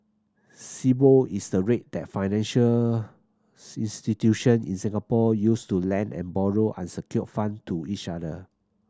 Sibor is the rate that financials institution in Singapore use to lend and borrow unsecured fund to each other